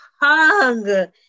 hug